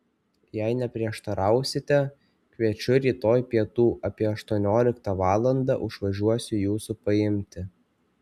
jei neprieštarausite kviečiu rytoj pietų apie aštuonioliktą valandą užvažiuosiu jūsų paimti